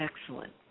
Excellent